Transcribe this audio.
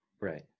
right